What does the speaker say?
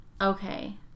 Okay